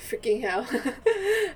freaking hell